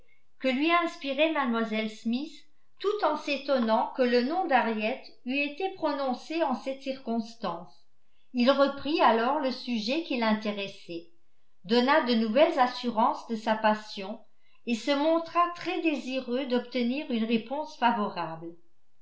que lui inspirait mlle smith tout en s'étonnant que le nom d'harriet eût été prononcé en cette circonstance il reprit alors le sujet qui l'intéressait donna de nouvelles assurances de sa passion et se montra très désireux d'obtenir une réponse favorable